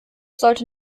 sollte